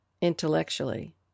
intellectually